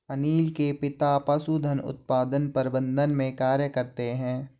अनील के पिता पशुधन उत्पादन प्रबंधन में कार्य करते है